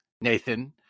Nathan